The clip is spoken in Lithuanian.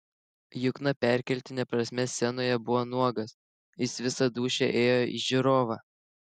jukna perkeltine prasme scenoje buvo nuogas jis visa dūšia ėjo į žiūrovą